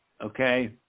okay